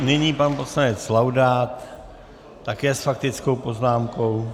Nyní pan poslanec Laudát také s faktickou poznámkou.